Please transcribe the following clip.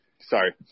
Sorry